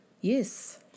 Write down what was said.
yes